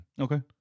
Okay